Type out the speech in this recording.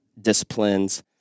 disciplines